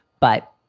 but.